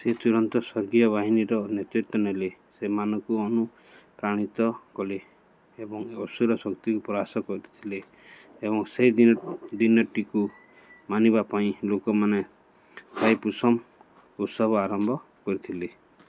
ସେ ତୁରନ୍ତ ସ୍ୱର୍ଗୀୟ ବାହିନୀର ନେତୃତ୍ୱ ନେଲେ ସେମାନଙ୍କୁ ଅନୁପ୍ରାଣିତ କଲେ ଏବଂ ଅସୁର ଶକ୍ତିକୁ ପରାସ୍ତ କରିଥିଲେ ଏବଂ ସେହି ଦିନକୁ ଦିନଟିକୁ ମାନିବା ପାଇଁ ଲୋକମାନେ ଥାଇପୁସମ ଉତ୍ସବର ଆରମ୍ଭ କରିଥିଲେ